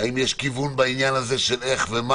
בהחלט יש דיון על סדר הדברים.